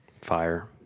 Fire